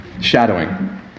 shadowing